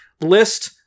List